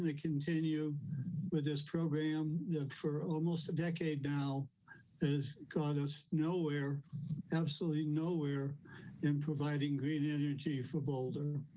and continue with this program for almost a decade now is called us nowhere absolutely nowhere in providing green energy for boulder.